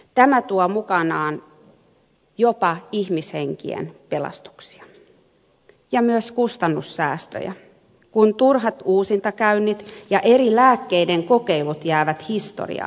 tämä tuo mukanaan jopa ihmishenkien pelastuksia ja myös kustannussäästöjä kun turhat uusintakäynnit ja eri lääkkeiden kokeilut jäävät historiaan